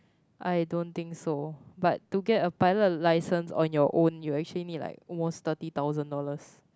I don't think so but to get a pilot license on your own you actually need like almost thirty thousand dollars